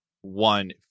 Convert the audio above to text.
one